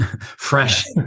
fresh